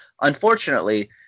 unfortunately